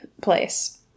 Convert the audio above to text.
place